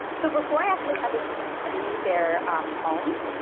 so before i actually had the students do their poems,